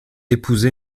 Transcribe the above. épousé